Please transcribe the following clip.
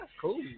cool